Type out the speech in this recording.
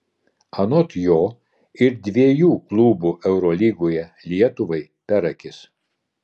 anot jo ir dviejų klubų eurolygoje lietuvai per akis